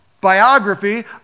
biography